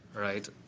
right